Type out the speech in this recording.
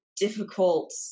Difficult